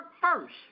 first